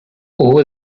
over